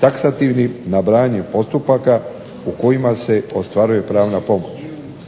taksativnim nabrajanjem postupaka u kojima se ostvaruje pravna pomoć.